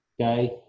okay